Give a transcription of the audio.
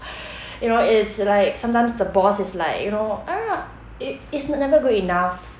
you know it's like sometimes the boss is like you know it it's never good enough